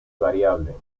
variable